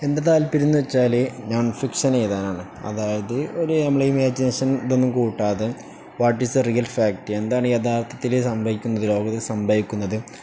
എൻ്റെ താല്പര്യമെന്നുവെച്ചാല് non fiction എഴുതാനാണ് അതായത് ഒരു നമ്മുടെ ഇമാജിനേഷൻ ഇതൊന്നും കൂട്ടാതെ what is a real fact എന്താണ് യഥാർഥത്തില് സംഭവിക്കുന്നത് ലോകത്തില് സംഭവിക്കുന്നത്